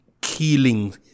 killing